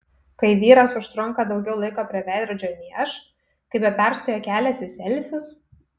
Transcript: kai vyras užtrunka daugiau laiko prie veidrodžio nei aš kai be perstojo keliasi selfius